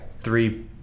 three